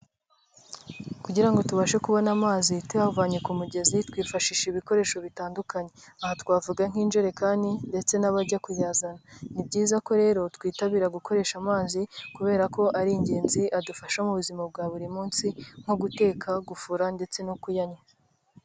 Kugira ngo tubashe kubona amazi tuyavanye ku mugezi, twifashisha ibikoresho bitandukanye. Aha twavuga nk'injerekani ndetse n'abajya kuyazana. Ni byiza ko rero twitabira gukoresha amazi kubera ko ari ingenzi, adufasha mu buzima bwa buri munsi nko guteka, gufura ndetse no kuyanywa.